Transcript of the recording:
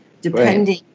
depending